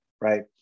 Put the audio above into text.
right